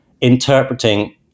interpreting